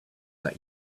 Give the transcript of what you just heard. that